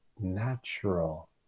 natural